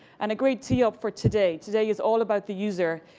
and a great tee up for today. today is all about the user.